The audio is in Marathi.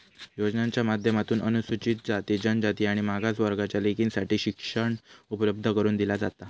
योजनांच्या माध्यमातून अनुसूचित जाती, जनजाति आणि मागास वर्गाच्या लेकींसाठी शिक्षण उपलब्ध करून दिला जाता